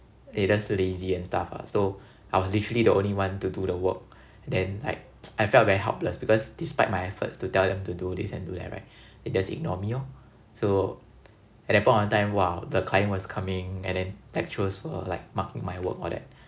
they just lazy and stuff ah so I was literally the only one to do the work then like I felt very helpless because despite my efforts to tell them to do this and do that right they just ignore me lor so at that point of time !wah! the client was coming and then lecturers were like marking my work all that